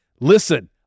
listen